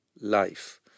life